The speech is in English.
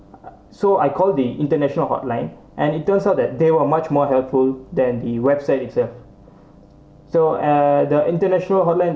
so I called the international hotline and it turns out that they were much more helpful than the website itself so eh the international hotline